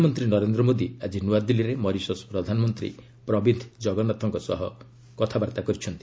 ପ୍ରଧାନମନ୍ତ୍ରୀ ନରେନ୍ଦ୍ର ମୋଦି ଆକି ନୁଆଦିଲ୍ଲୀରେ ମରିସସ୍ ପ୍ରଧାନମନ୍ତ୍ରୀ ପ୍ରବୀନ୍ଦ ଜଗନ୍ନାଥଙ୍କ ସହ କଥାବାର୍ତ୍ତା କରିଛନ୍ତି